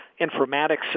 informatics